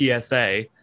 PSA